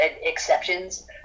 exceptions